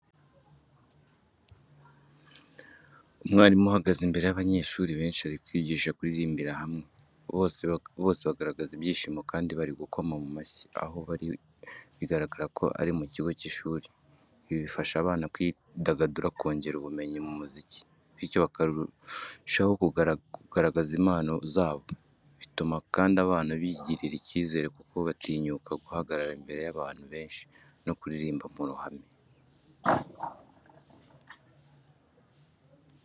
Umwarimu uhagaze imbere y’abanyeshuri benshi ari kubigisha kuririmbira hamwe, bose bagaragaza ibyishimo kandi bari gukoma mu mashyi. Aho bari bigaragara ko ari ku kigo cy'ishuri. Ibi bifasha abana kwidagadura, kongera ubumenyi mu muziki bityo bakarushaho kugaragaza impano zabo. Bituma kandi abana bigirira icyizere kuko batinyuka guhagarara imbere y'abantu benshi no kuririmba mu ruhame.